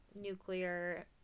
nuclear